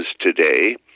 today